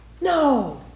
No